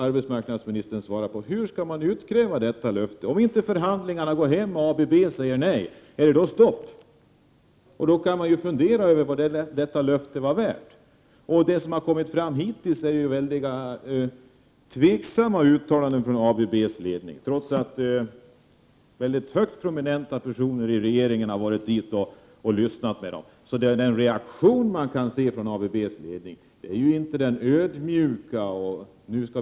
Arbetsmarknadsministern kan väl ändå ge ett svar på den frågan. Om förhandlingarna inte är lyckosamma och ABB säger nej, är det då stopp? Man kan ju i så fall fundera över vad det avgivna löftet är värt. Det som hittills har framkommit är mycket tvivelaktiga uttalanden från ABB:s ledning. Ändå har mycket prominenta personer i regeringen varit där uppe och lyssnat på vad man har att säga. Den reaktion som man kan märka från ABB:s ledning visar ju inte på någon ödmjuk inställning.